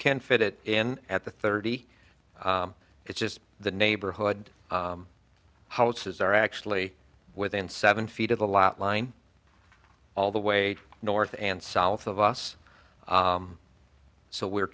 can fit it in at the thirty it's just the neighborhood houses are actually within seven feet of the lot line all the way north and south of us so we're